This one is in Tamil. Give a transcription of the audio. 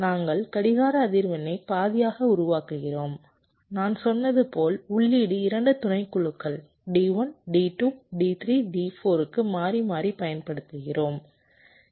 நாங்கள் கடிகார அதிர்வெண்ணை பாதியாக உருவாக்குகிறோம் நான் சொன்னது போல் உள்ளீடு 2 துணைக்குழுக்கள் D1 D2 D3 D4 க்கு மாறி மாறி பயன்படுத்துகிறோம்